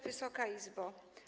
Wysoka Izbo!